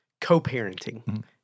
co-parenting